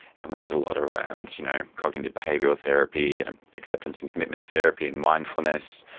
and we did a lot around you know cognitive behavioural therapy and acceptance and commitment therapy and mindfulness.